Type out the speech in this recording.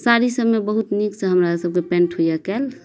साड़ी सबमे बहुत नीकसँ हमरा सभके पेन्ट होइये कयल